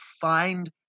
find